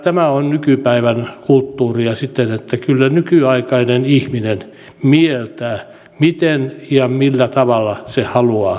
tämä on nykypäivän kulttuuria siten että kyllä nykyaikainen ihminen mieltää miten ja millä tavalla se haluaa